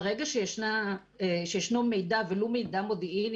ברגע שישנו מידע ולו מידע מודיעיני,